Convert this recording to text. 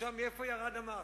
מאיפה ירד המס?